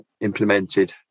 implemented